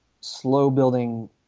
slow-building